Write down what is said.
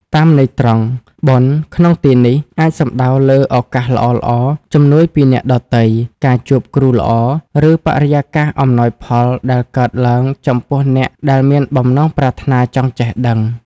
តាមន័យត្រង់ "បុណ្យ" ក្នុងទីនេះ អាចសំដៅលើឱកាសល្អៗ ជំនួយពីអ្នកដទៃ ការជួបគ្រូល្អ ឬបរិយាកាសអំណោយផលដែលកើតឡើងចំពោះអ្នកដែលមានបំណងប្រាថ្នាចង់ចេះដឹង។